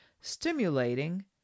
stimulating